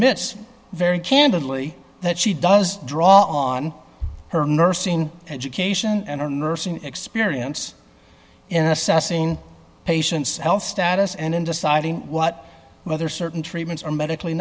s very candidly that she does draw on her nursing education and her nursing experience in assessing patient's health status and in deciding what whether certain treatments are medically